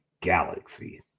galaxy